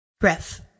Breath